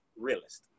realist